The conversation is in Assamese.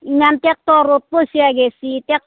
ইমান ট্ৰেক্টৰত পইচা গেছি টেক